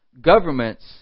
governments